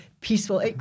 peaceful